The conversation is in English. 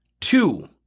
Two